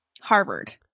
Harvard